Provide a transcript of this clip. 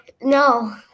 no